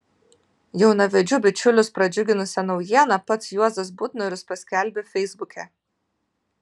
jaunavedžių bičiulius pradžiuginusią naujieną pats juozas butnorius paskelbė feisbuke